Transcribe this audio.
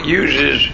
uses